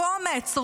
קומץ.